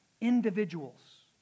individuals